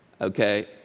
okay